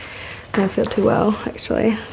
feel too well actually.